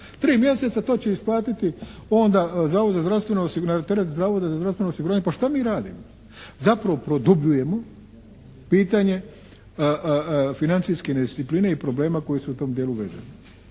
osiguranje, tereti se Zavod za zdravstveno osiguranje. Pa šta mi radimo? Zapravo produbljujemo pitanje financijske nediscipline i problema koji su u tom dijelu …